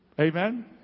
Amen